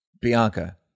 bianca